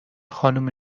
خانم